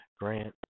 grant